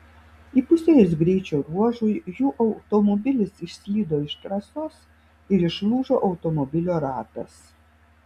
įpusėjus greičio ruožui jų automobilis išslydo iš trasos ir išlūžo automobilio ratas